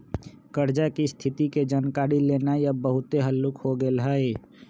कर्जा की स्थिति के जानकारी लेनाइ अब बहुते हल्लूक हो गेल हइ